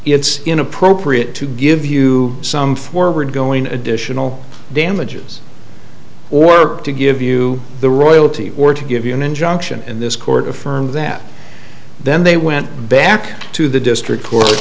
it's inappropriate to give you some forward going additional damages or work to give you the royalty or to give you an injunction and this court affirmed that then they went back to the district c